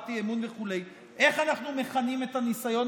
הצבעת אי-אמון וכו' איך אנחנו מחנכים על הניסיון